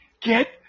Get